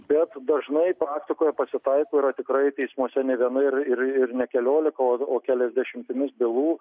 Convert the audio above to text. bet dažnai praktikoje pasitaiko yra tikrai teismuose ne viena ir ir ne keliolika o keliasdešimt bylų